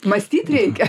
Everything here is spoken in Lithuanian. mąstyt reikia